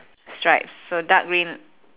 stripes so dark green